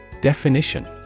Definition